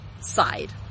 side